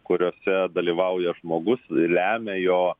kuriose dalyvauja žmogus lemia jo